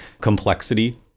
complexity